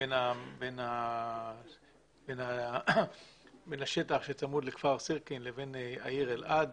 בין השטח שצמוד לכפר סירקין לבין העיר אלעד.